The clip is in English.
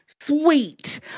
sweet